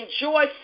enjoy